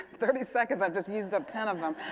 thirty seconds. i've just used up ten of them.